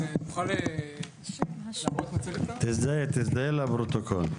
בבקשה, תזדהה לפרוטוקול.